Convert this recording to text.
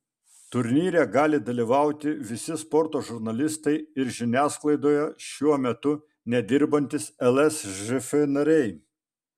turnyre gali dalyvauti visi sporto žurnalistai ir žiniasklaidoje šiuo metu nedirbantys lsžf nariai